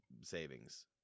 savings